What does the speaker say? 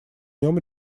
нем